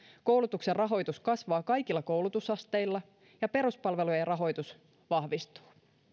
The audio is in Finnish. koulutuksen rahoitus kasvaa kaikilla koulutusasteilla ja peruspalvelujen rahoitus vahvistuu